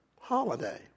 holiday